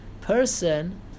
person